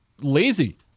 lazy